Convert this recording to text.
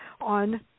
on